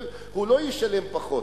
הוא לא ישלם פחות.